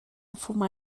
fumar